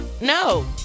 No